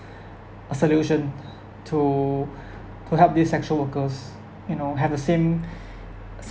a solution to to help these sexual workers you know have the same